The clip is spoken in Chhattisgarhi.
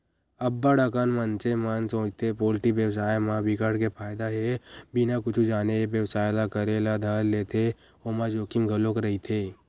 अब्ब्ड़ अकन मनसे मन सोचथे पोल्टी बेवसाय म बिकट के फायदा हे बिना कुछु जाने ए बेवसाय ल करे ल धर लेथे ओमा जोखिम घलोक रहिथे